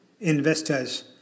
investors